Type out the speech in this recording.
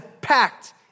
packed